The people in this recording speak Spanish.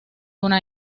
una